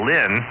Lynn